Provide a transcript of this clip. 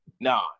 Nah